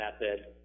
method